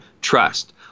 trust